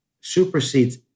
supersedes